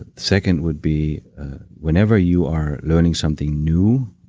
ah second would be whenever you are learning something new,